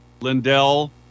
Lindell